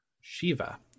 Shiva